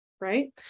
Right